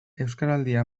euskaraldia